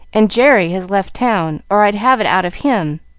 and jerry has left town, or i'd have it out of him.